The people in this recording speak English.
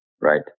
Right